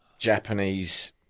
Japanese